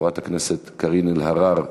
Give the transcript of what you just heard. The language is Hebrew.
וחברת הכנסת קארין אלהרר